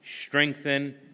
strengthen